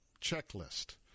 checklist